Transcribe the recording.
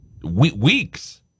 Weeks